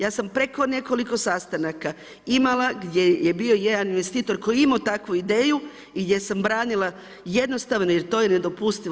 Ja sam preko nekoliko sastanaka imala gdje je bio jedan investitor koji je imao takvu ideju i gdje sam branila jednostavno jer to je nedopustivo.